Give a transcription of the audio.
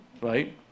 right